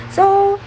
so